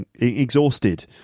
exhausted